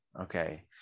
okay